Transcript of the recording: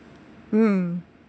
mm